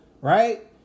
right